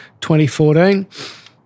2014